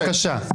בבקשה.